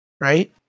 right